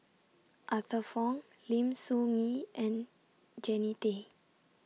Arthur Fong Lim Soo Ngee and Jannie Tay